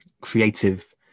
creative